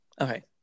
okay